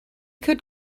could